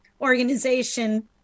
organization